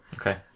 Okay